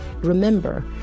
Remember